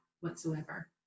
whatsoever